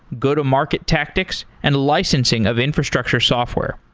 go-to-market tactics and licensing of infrastructure software.